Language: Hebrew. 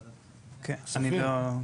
כן, אני לא.